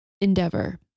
endeavor